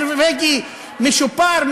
חוק נורבגי משופר,